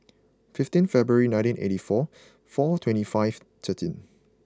fifteen February nineteen eighty four four twenty five thirteen